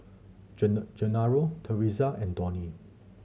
Genaro Theresa and Donie